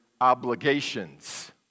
obligations